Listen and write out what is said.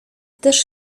też